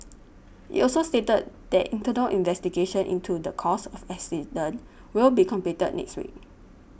it also stated that internal investigations into the cause of the accident will be completed next week